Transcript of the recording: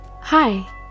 Hi